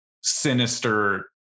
sinister